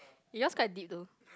yours quite deep though